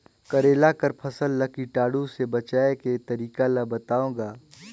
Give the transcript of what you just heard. करेला कर फसल ल कीटाणु से बचाय के तरीका ला बताव ग?